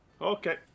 Okay